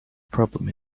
problem